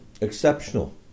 Exceptional